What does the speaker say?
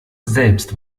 selbst